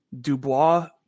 Dubois